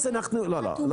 לפני שנאשרר --- לא, לא.